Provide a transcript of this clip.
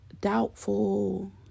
doubtful